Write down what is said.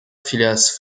phileas